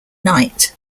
night